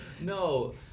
No